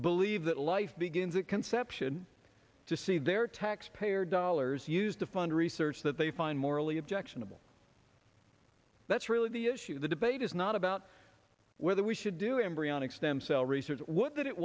believe that life begins at conception to see their taxpayer dollars used to fund research that they find morally objectionable that's really the issue the debate is not about whether we should do embryonic stem cell research what that it